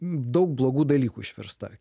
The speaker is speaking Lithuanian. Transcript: daug blogų dalykų išvirsta